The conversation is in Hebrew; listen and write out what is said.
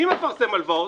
מי מפרסם הלוואות?